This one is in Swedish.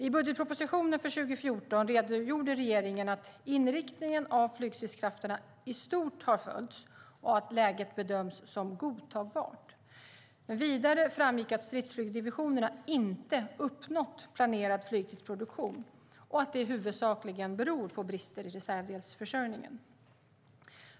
I budgetpropositionen för 2014 redogjorde regeringen att inriktningen av flygstridskrafterna i stort har följts och att läget bedöms som godtagbart. Vidare framgick att stridsflygsdivisionerna inte uppnått planerad flygtidsproduktion och att det huvudsakligen beror på brister i reservdelsförsörjningen.